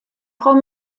frau